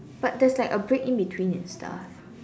but there's like a break in between and stuff